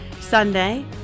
Sunday